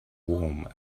warm